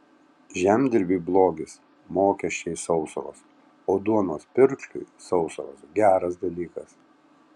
žemdirbiui blogis mokesčiai sausros o duonos pirkliui sausros geras dalykas